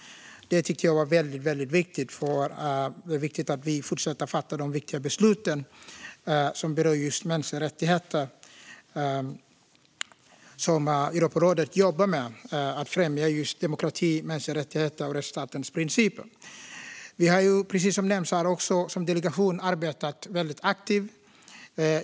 Det har varit väldigt viktigt så att vi har kunnat fortsätta att fatta viktiga beslut om mänskliga rättigheter. Europarådet jobbar ju med att främja demokrati, mänskliga rättigheter och rättsstatens principer. Som också nämnts har Sveriges delegation arbetat väldigt aktivt.